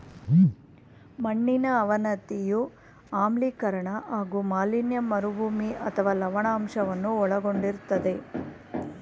ಮಣ್ಣಿನ ಅವನತಿಯು ಆಮ್ಲೀಕರಣ ಹಾಗೂ ಮಾಲಿನ್ಯ ಮರುಭೂಮಿ ಅಥವಾ ಲವಣಾಂಶವನ್ನು ಒಳಗೊಂಡಿರ್ತದೆ